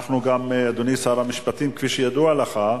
אנחנו גם, אדוני שר המשפטים, כפי שידוע לך,